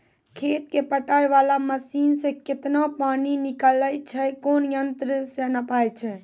खेत कऽ पटाय वाला मसीन से केतना पानी निकलैय छै कोन यंत्र से नपाय छै